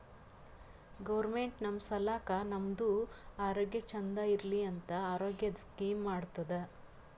government ನಮ್ ಸಲಾಕ್ ನಮ್ದು ಆರೋಗ್ಯ ಚಂದ್ ಇರ್ಲಿ ಅಂತ ಆರೋಗ್ಯದ್ ಸ್ಕೀಮ್ ಮಾಡ್ತುದ್